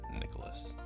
Nicholas